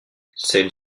celle